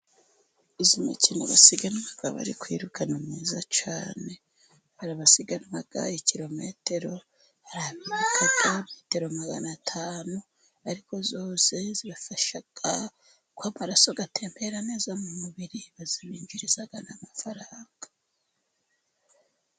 Iyi mikino basiganwa bakaba bari kwiruka, ni myiza cyane, hari abasiganwa kirometero, hari abirukanka metero magana tanu, ariko zose zibafasha kuba amaraso atembera neza mu mubiri, zibinjiriza n'amafaranga.